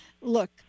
Look